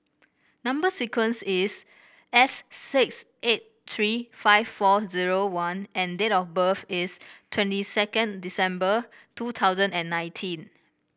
number sequence is S six eight tree five four zero one and date of birth is twenty second December two thousand and nineteen